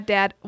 Dad